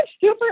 super